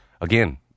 again